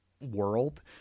world